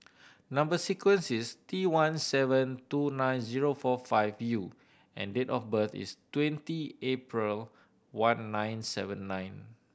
number sequence is T one seven two nine zero four five U and date of birth is twenty April one nine seven nine